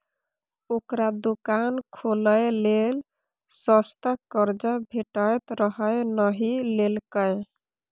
ओकरा दोकान खोलय लेल सस्ता कर्जा भेटैत रहय नहि लेलकै